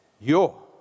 yo